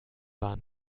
war